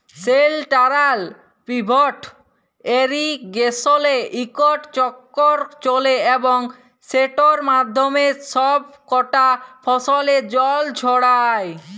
central pivot ইরিগেসলে ইকট চক্কর চলে এবং সেটর মাধ্যমে ছব কটা ফসলে জল ছড়ায়